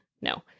No